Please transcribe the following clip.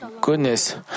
goodness